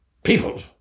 People